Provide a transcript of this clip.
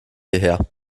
hierher